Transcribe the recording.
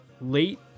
late